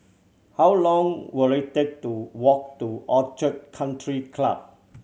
how long will it take to walk to Orchid Country Club